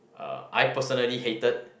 uh I personally hated